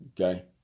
okay